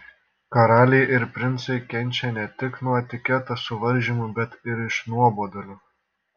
karaliai ir princai kenčia ne tik nuo etiketo suvaržymų bet ir iš nuobodulio